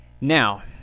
Now